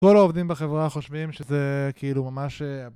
כל העובדים בחברה חושבים שזה, כאילו, ממש...